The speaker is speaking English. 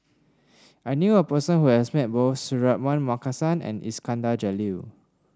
I knew a person who has met both Suratman Markasan and Iskandar Jalil